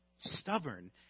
stubborn